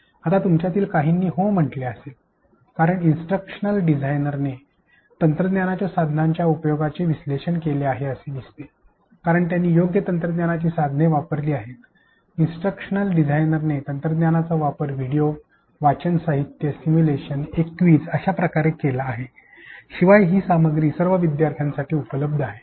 आता तुमच्यातील काहींनी हो म्हटलं असेल कारण इन्सट्रक्शनल डिझाइनरने तंत्रज्ञानाच्या साधनांच्या उपयोगाचे विश्लेषण केले आहे असे दिसते कारण त्यांनी योग्य तंत्रज्ञानाची साधने वापरली आहेत इन्सट्रक्शनल डिझाइनरने तंत्रज्ञानाचा वापर व्हिडिओ वाचन साहित्य सिम्युलेशन एक क्विझ अश्या प्रकारे केला आहे शिवाय ही सामग्री सर्व विद्यार्थ्यांसाठी उपलब्ध आहे